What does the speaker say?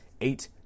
eight